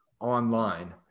online